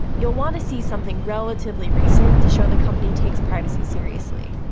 you'll wanna see something relatively recent to show the company takes privacy seriously.